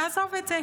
נעזוב את זה.